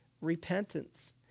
repentance